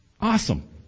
Awesome